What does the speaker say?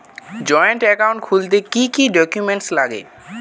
Joint account খুলতে কি কি ডকুমেন্টস লাগবে?